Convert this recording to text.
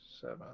seven